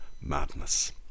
madness